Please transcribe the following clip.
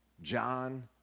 John